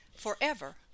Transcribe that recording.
forever